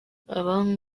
aba